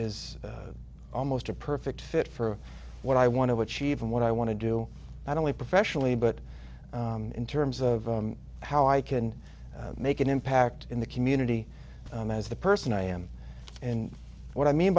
is almost a perfect fit for what i want to achieve and what i want to do i don't mean professionally but in terms of how i can make an impact in the community and as the person i am and what i mean